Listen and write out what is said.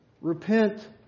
Repent